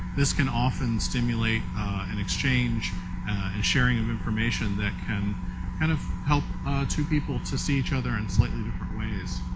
this can often stimulate an exchange and sharing of information that can kind of help two people to see each other in slightly different ways.